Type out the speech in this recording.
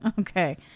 Okay